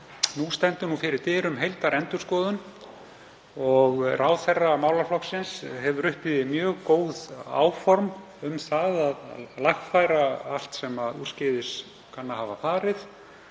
nú stendur fyrir dyrum heildarendurskoðun og ráðherra málaflokksins hefur uppi mjög góð áform um að lagfæra allt sem úrskeiðis kann að hafa farið,